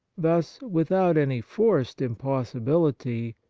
thus, without any forced impossi bility,